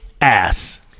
ass